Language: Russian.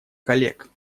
коллег